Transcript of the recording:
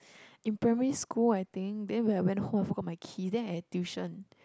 in primary school I think then when I went home I forgot my key then I had tuition